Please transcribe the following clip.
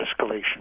escalation